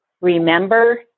remember